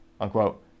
unquote